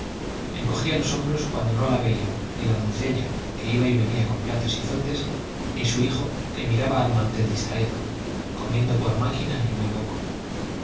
alternativamente encogía los hombros cuando no la veían ni la doncella que iba y venía con platos y fuentes ni su hijo que miraba al mantel distraído comiendo por máquina y muy poco